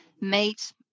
meet